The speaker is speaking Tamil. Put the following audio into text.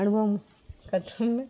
அனுபவம் கற்றோன்னே